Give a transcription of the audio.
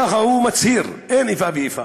כך הוא מצהיר, אין איפה ואיפה.